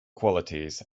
qualities